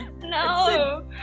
No